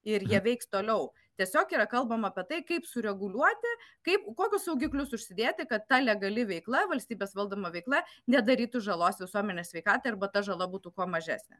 ir jie veiks toliau tiesiog yra kalbama apie tai kaip sureguliuoti kaip kokius saugiklius užsidėti kad ta legali veikla valstybės valdoma veikla nedarytų žalos visuomenės sveikatai arba ta žala būtų kuo mažesnė